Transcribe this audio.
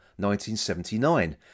1979